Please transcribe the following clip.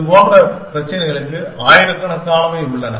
இதுபோன்ற பிரச்சினைகளுக்கு ஆயிரக்கணக்கானவை உள்ளன